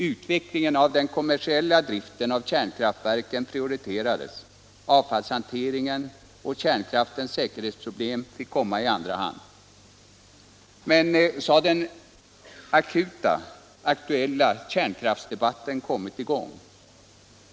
Utvecklingen av den kommersiella driften av kärnkraftverken prioriterades, avfallshanteringen och kärnkraftens säkerhetsproblem fick komma i andra hand. Så har den aktuella kärnkraftsdebatten kommit i gång.